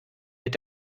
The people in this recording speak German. mit